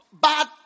bad